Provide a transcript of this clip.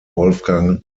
wolfgang